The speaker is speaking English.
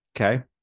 okay